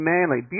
Manly